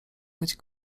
być